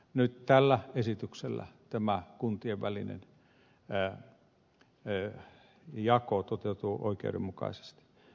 nyt tällä esityksellä tämä kuntien välinen jako toteutuu oikeudenmukaisesti